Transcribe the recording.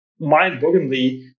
mind-bogglingly